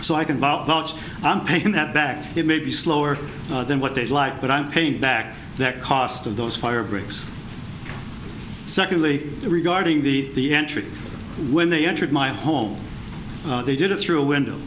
so i can about what i'm paying that back it may be slower than what they'd like but i'm paying back that cost of those fire breaks secondly regarding the the entry when they entered my home they did it through a window